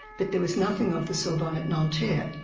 but there was nothing of the sorbonne at nanterre.